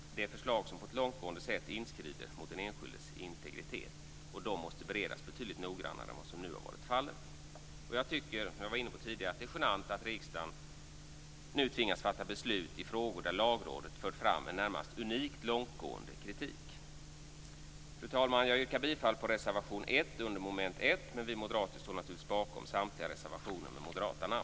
Det är förslag som långtgående inskrider mot den enskildes integritet, och de måste beredas betydligt noggrannare än som nu har varit fallet. Jag tycker, som jag tidigare var inne på, att det är genant att riksdagen nu tvingas fatta beslut i frågor där Lagrådet har fört fram en närmast unikt långgående kritik. Fru talman! Jag yrkar bifall till reservation 1 under mom. 1 men vi moderater står naturligtvis bakom samtliga reservationer med moderata namn.